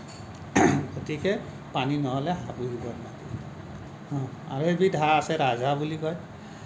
গতিকে পানী নহ'লে হাঁহ পুহিব নোৱাৰি হা আৰু এবিধ হাঁহ আছে ৰাজহাঁহ বুলি কয়